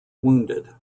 wounded